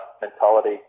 mentality